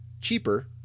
cheaper